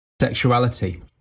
sexuality